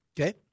Okay